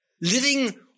Living